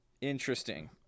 Interesting